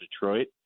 Detroit